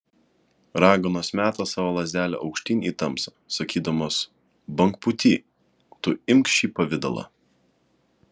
raganos meta savo lazdelę aukštyn į tamsą sakydamos bangpūty tu imk šį pavidalą